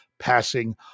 passing